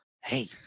hey